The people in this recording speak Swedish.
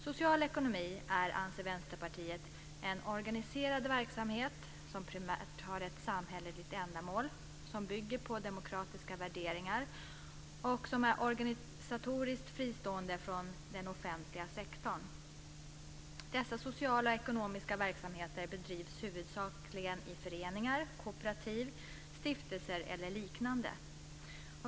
Vänsterpartiet anser att social ekonomi är en organiserad verksamhet som primärt har ett samhälleligt ändamål som bygger på demokratiska värderingar och som är organisatoriskt fristående från den offentliga sektorn. Dessa sociala ekonomiska verksamheter bedrivs huvudsakligen i föreningar, kooperativ, stiftelser eller liknande.